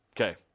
okay